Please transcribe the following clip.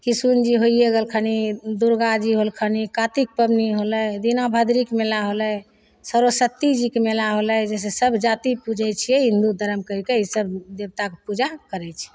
किशुनजी होइए गेलखिन दुरगाजी होलखिन कातिक पबनी होलै दीना भद्रीके मेला होलै सरस्वतीजीके मेला होलै जे सब जाति पुजै छिए हिन्दू धरम कहिके ईसभ देवताके पूजा करै छिए